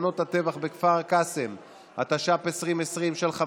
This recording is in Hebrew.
הגבלות על יצוא ביטחוני לכוחות ביטחון שביצעו הפרות חמורות של זכויות